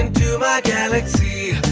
into my galaxy.